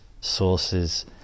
sources